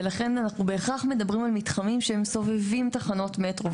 ולכן אנחנו בהכרח מדברים על מתחמים שהם סובבים תחנות מטרו.